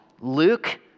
Luke